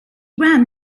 ran